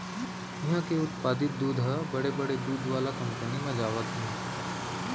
इहां के उत्पादित दूद ह बड़े बड़े दूद वाला कंपनी म जावत हे